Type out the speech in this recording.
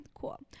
cool